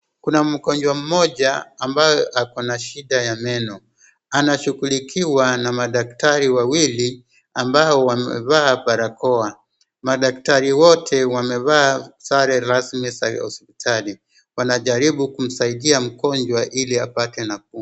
Kuna mgonjwa mmoja ambaye ako na shida ya meno, anashughuliwa na madaktari wawili ambao wamevaa barakoa. Madaktari wote wamevaa sare rasmi za hospitali, wanajaribu kumsaidia mgonjwa ili apate nafuu.